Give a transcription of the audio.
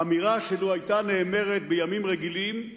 אמירה שלו שהיתה נאמרת בימים רגילים,